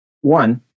one